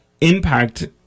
impact